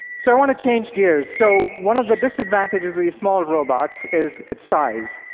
so i want change gears. so one of the disadvantages of these small robots is its size.